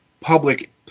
public